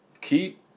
Keep